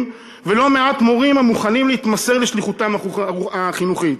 ולא מעט מורים המוכנים להתמסר לשליחותם החינוכית.